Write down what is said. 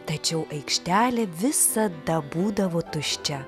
tačiau aikštelė visada būdavo tuščia